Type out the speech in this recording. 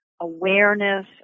awareness